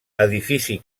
edifici